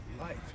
life